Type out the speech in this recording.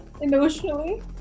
emotionally